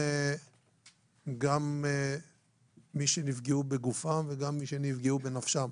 גם מי שנפגעו בגופם וגם מי שנפגעו בנפשם